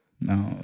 No